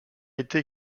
été